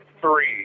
three